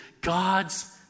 God's